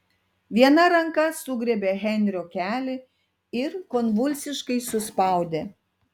viena ranka sugriebė henrio kelį ir konvulsiškai suspaudė